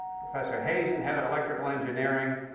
professor head and head of electrical engineering,